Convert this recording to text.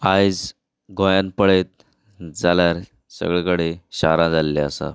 आयज गोंयांत पळयत जाल्यार सगळे कडेन शारां जाल्ली आसात